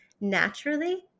naturally